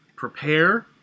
prepare